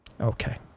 okay